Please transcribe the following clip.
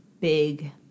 big